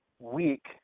Week